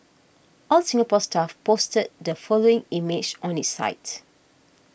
All Singapore Stuff posted the following image on its site